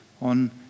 on